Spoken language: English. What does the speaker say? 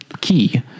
key